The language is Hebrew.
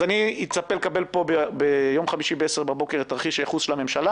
אז אני אצפה לקבל פה ביום חמישי בבוקר את תרחיש הייחוס של הממשלה